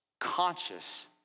conscious